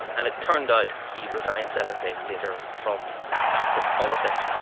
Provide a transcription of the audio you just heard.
and it turned out he resigned seven days later from active politics,